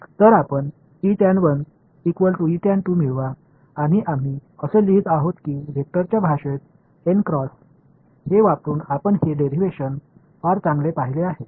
எனவே நீங்கள் பெறுகிறீர்கள் வெக்டார்களின் மொழியில் இந்த டெரிவேஸன் நீங்கள் நன்றாகப் பார்த்திருக்கிறீர்கள் என்று எழுதுகிறோம்